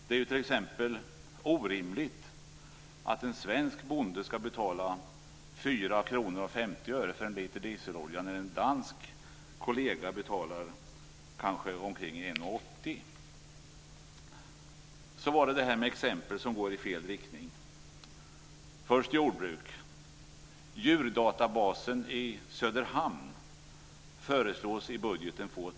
Det är t.ex. orimligt att en svensk bonde skall betala 4 kr och 50 öre för en liter dieselolja när en dansk kollega kanske betalar ca 1 kr och 80 öre. Så var det detta med exempel som går i fel riktning. Först skall jag säga något om jordbruket.